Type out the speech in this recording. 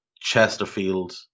Chesterfield